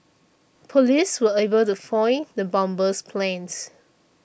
police were able to foil the bomber's plans